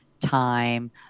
time